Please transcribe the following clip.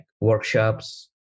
workshops